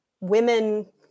women